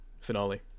finale